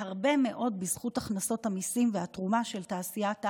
והרבה מאוד בזכות הכנסות המיסים והתרומה של תעשיית ההייטק,